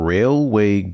Railway